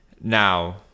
Now